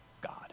God